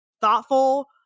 thoughtful